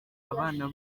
abana